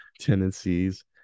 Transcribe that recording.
tendencies